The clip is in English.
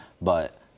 but-